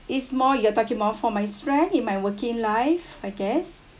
it's more you're talking about for my strength in my working life I guess